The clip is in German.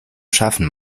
schaffen